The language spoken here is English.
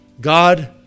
God